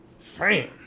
fam